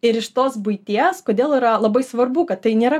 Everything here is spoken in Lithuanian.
ir iš tos buities kodėl yra labai svarbu kad tai nėra